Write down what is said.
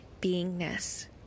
beingness